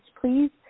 please